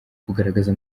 kugaragaza